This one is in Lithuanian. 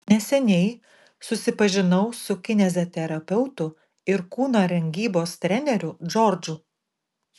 neseniai susipažinau su kineziterapeutu ir kūno rengybos treneriu džordžu